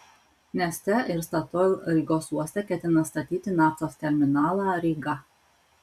neste ir statoil rygos uoste ketina statyti naftos terminalą ryga